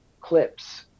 clips